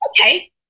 okay